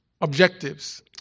objectives